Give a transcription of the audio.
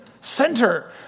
center